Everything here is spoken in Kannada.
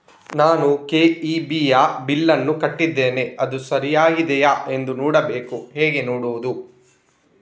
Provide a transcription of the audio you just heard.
ನಾನು ಕೆ.ಇ.ಬಿ ಯ ಬಿಲ್ಲನ್ನು ಕಟ್ಟಿದ್ದೇನೆ, ಅದು ಸರಿಯಾಗಿದೆಯಾ ಎಂದು ನೋಡಬೇಕು ಹೇಗೆ ನೋಡುವುದು?